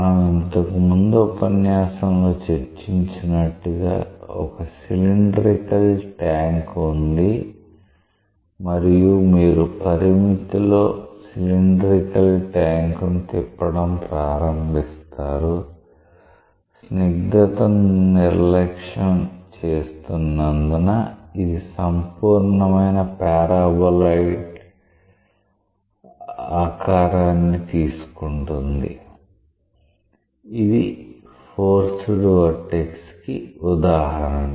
మనం ఇంతకుముందు ఉపన్యాసంలో చర్చించినట్టుగా ఒక సీలిండ్రికల్ ట్యాంక్ ఉంది మరియు మీరు పరిమితిలో సీలిండ్రికల్ ట్యాంక్ను తిప్పడం ప్రారంభిస్తారు స్నిగ్ధత ను నిర్లక్ష్యం చేస్తున్నందున ఇది సంపూర్ణమైన పారాబొలాయిడ్ ఆకారాన్ని తీసుకుంటుంది ఇది ఫోర్స్డ్ వొర్టెక్స్ కి ఉదాహరణ